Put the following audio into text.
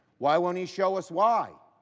why won't he show us why?